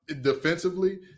defensively